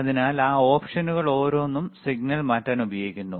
അതിനാൽ ആ ഓപ്ഷനുകൾ ഓരോന്നും സിഗ്നൽ മാറ്റാൻ ഉപയോഗിക്കുന്നു